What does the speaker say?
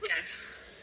Yes